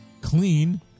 clean